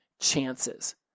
chances